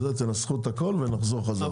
תנסחו את הכול ונחזור חזרה.